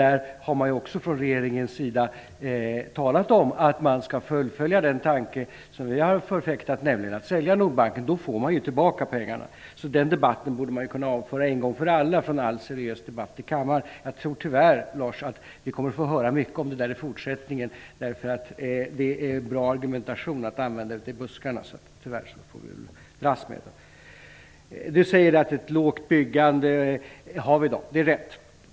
Där har man från regeringens sida talat om att man skall fullfölja den tanke som vi har förfäktat, nämligen att sälja Nordbanken. Då får man ju tillbaka pengarna. Så den debatten borde man kunna avföra en gång för alla från all seriös debatt i kammaren. Jag tror tyvärr att vi kommer att få höra mycket om det där i fortsättningen därför att det är bra argumentation att använda ute i buskarna. Tyvärr får vi som sagt dras med det. Lars Stjernkvist säger att vi har ett lågt byggande i dag. Det är rätt.